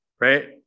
right